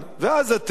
ואז אתם,